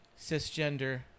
cisgender